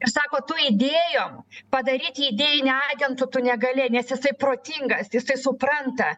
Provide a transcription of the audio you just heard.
ir sako tu idėjom padaryt jį idėjiniu agentu tu negali nes jisai protingas jisai supranta